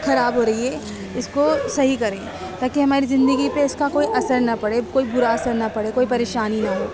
خراب ہو رہی ہے اس کو صحیح کریں تاکہ ہماری زندگی پہ اس کا کوئی اثر نہ پڑے کوئی برا اثر نہ پڑے کوئی پریشانی نہ ہو